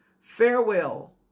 farewell